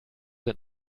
sind